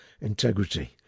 integrity